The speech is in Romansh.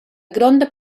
gronda